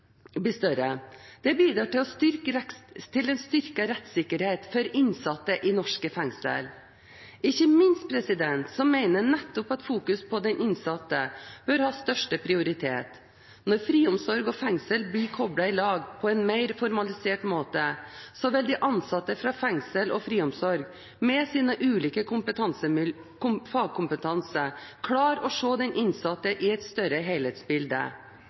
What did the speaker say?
Det bidrar til en styrket rettsikkerhet for innsatte i norske fengsler. Ikke minst mener jeg at fokusering på den innsatte bør ha størst prioritet. Når friomsorg og fengsel blir koblet i lag på en mer formalisert måte, vil de ansatte fra fengsel og friomsorg, med sine ulike fagkompetanser, klare å se den innsatte i et større helhetsbilde.